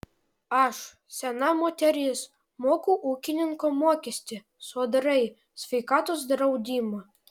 aš sena moteris moku ūkininko mokestį sodrai sveikatos draudimą